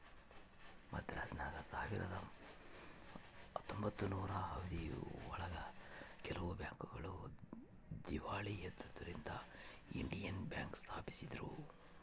ಮದ್ರಾಸಿನಾಗ ಸಾವಿರದ ಹತ್ತೊಂಬತ್ತನೂರು ಅವಧಿ ಒಳಗ ಕೆಲವು ಬ್ಯಾಂಕ್ ಗಳು ದೀವಾಳಿ ಎದ್ದುದರಿಂದ ಇಂಡಿಯನ್ ಬ್ಯಾಂಕ್ ಸ್ಪಾಪಿಸಿದ್ರು